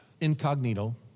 incognito